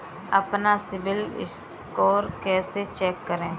अपना CIBIL score कैसे check करें?